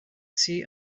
zeh